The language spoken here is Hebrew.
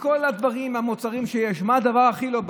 מכל הדברים, המוצרים שיש, מה הדבר הכי לא בריא?